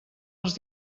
els